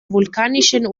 vulkanischen